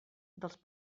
dels